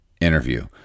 interview